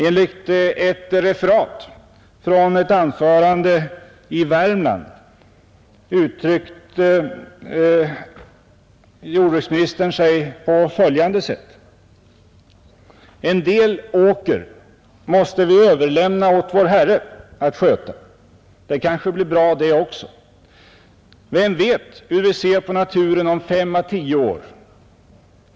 Enligt ett referat från ett anförande i Värmland uttryckte sig jordbruksministern på följande sätt: ”En del åker måste vi överlämna åt vår Herre att sköta. Det kanske blir bra det också. Vem vet hur vi ser på naturen om 5 å10 år.